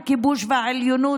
הכיבוש והעליונות,